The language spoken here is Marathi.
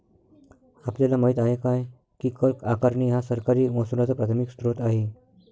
आपल्याला माहित आहे काय की कर आकारणी हा सरकारी महसुलाचा प्राथमिक स्त्रोत आहे